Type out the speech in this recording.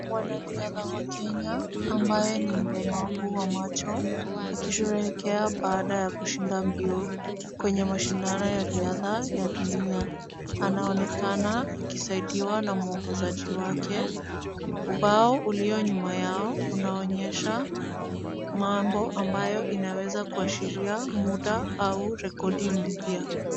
Mwanariadha wa Kenya ambaye ni mlemavu wa macho akisherehekea baada ya kushinda mbio kwenye mashindano ya riadha ya dunia. Anaonekana akisaidiwa na mwongozaji wake. Ubao ulio nyuma yao unaonyesha mambo ambayo inaweza kuashiria muda au rekodi mpya.